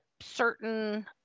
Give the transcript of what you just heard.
certain